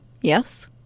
Yes